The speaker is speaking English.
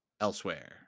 Elsewhere